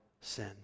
sin